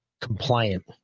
compliant